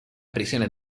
prisiones